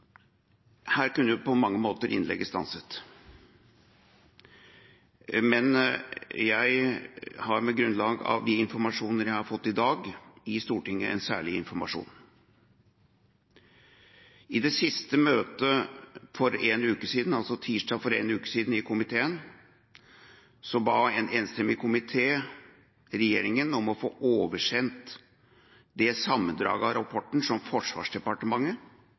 Her kunne på mange måter innlegget stanset. Men jeg vil på grunnlag av de informasjoner jeg har fått i dag, gi Stortinget en særlig informasjon: I det siste møtet i komiteen, tirsdag for en uke siden, ba en enstemmig komité regjeringen om å få oversendt det sammendraget av rapporten som Forsvarsdepartementet